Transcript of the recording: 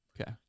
Okay